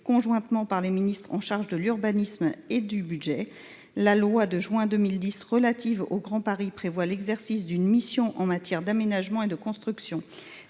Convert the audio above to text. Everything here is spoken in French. conjointement par les ministres en charge de l'urbanisme et du budget la loi de juin deux mille dix relative au grand paris prévoit l'exercice d'une mission en matière d'aménagement et de construction